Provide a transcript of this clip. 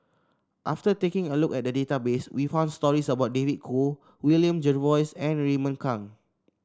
after taking a look at the database we found stories about David Kwo William Jervois and Raymond Kang